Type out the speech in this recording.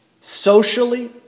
socially